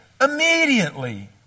immediately